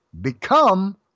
become